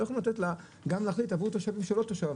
לא יכולים לתת גם להחליט עבור התושב שהוא לא תושב,